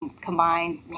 combined